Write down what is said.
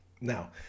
Now